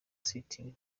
sitting